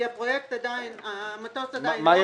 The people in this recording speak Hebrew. כי המטוס עדיין לא פעיל.